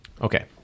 okay